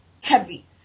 heavy